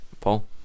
Paul